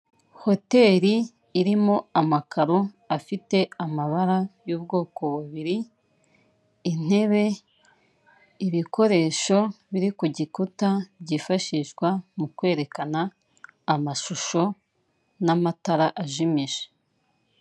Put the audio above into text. Hoteri irimo amakaro afite amabara y'ubwoko bubiri, intebe, ibikoresho biri ku gikuta byifashishwa mu kwerekana amashusho n'amatara ajimije.